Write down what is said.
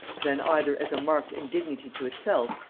than either as a marked indignity to itself,